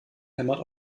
hämmert